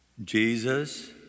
Jesus